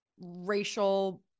racial